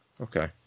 okay